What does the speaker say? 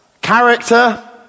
character